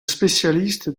spécialiste